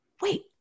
wait